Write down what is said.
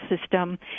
system